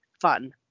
fun